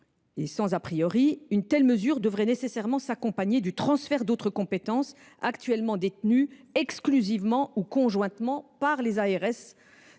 il s’avère qu’une telle mesure devrait nécessairement s’accompagner du transfert d’autres compétences actuellement détenues exclusivement ou conjointement par les ARS